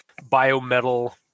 biometal